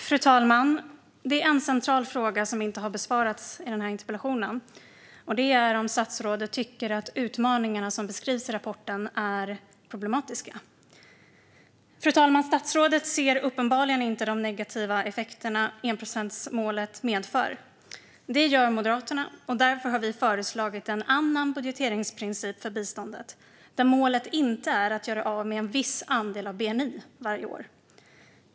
Fru talman! Det är en central fråga som inte har besvarats i den här interpellationsdebatten, och det är om statsrådet tycker att de utmaningar som beskrivs i rapporten är problematiska. Statsrådet ser uppenbarligen inte de negativa effekter som enprocentsmålet medför. Det gör Moderaterna. Därför har vi föreslagit en annan budgeteringsprincip för biståndet, där målet inte är att göra av med en viss andel av bni varje år.